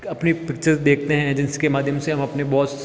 अपनी पिक्चर देखते हैं जिसके माध्यम से हम अपने बॉस